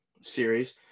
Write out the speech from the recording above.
series –